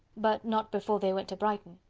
but not before they went to brighton?